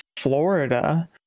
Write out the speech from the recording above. florida